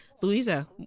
Louisa